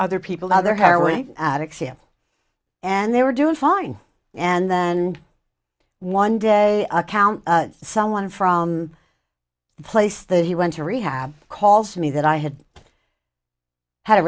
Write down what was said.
other people out there heroin addicts and they were doing fine and then one day account someone from the place that he went to rehab calls me that i had had a